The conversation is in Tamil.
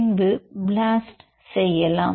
பின்பு ப்ளாஸ்ட் செய்யலாம்